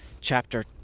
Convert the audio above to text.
chapter